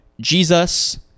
Jesus